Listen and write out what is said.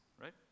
right